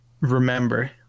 remember